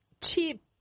cheap